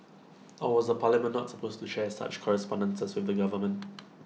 or was the parliament not supposed to share such correspondences with the government